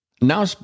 now